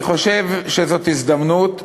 אני חושב שזאת הזדמנות שעוזרת,